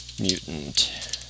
Mutant